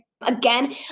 Again